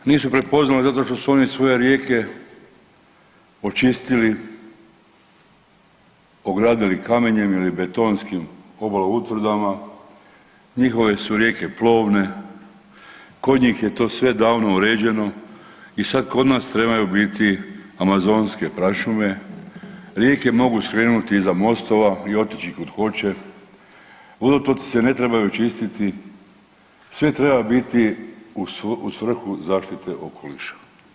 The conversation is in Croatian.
Nisu prepoznali zato što su oni svoje rijeke očistili, ogradili kamenjem ili betonskim obaloutvrdama, njihove su rijeke plovne, kod njih je to sve davno uređeno i sad kod nas trebaju biti amazonske prašume, rijeke mogu skrenuti iza mostova i otići kud hoće, vodotoci se ne trebaju čistiti, sve treba biti u svrhu zaštite okoliša.